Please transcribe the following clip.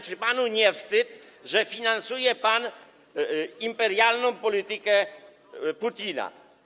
Czy panu nie wstyd, że finansuje pan imperialną politykę Putina?